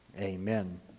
Amen